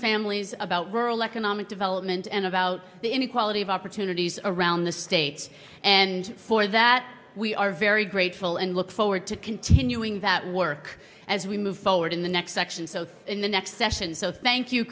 families about rural economic development and about the inequality of opportunities around the states and for that we are very grateful and look forward to continuing that work as we move forward in the next section so in the next session so thank you